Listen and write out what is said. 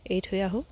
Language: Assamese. এৰি থৈ আহোঁ